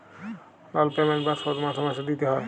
লল পেমেল্ট বা শধ মাসে মাসে দিইতে হ্যয়